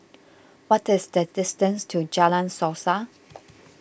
what is the distance to Jalan Suasa